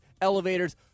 elevators